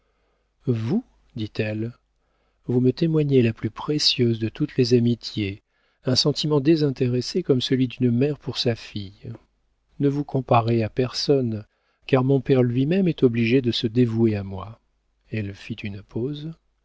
vous dit-elle vous me témoignez la plus précieuse de toutes les amitiés un sentiment désintéressé comme celui d'une mère pour sa fille ne vous comparez à personne car mon père lui-même est obligé de se dévouer à moi elle fit une pause